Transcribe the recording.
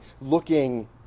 looking